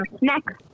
Next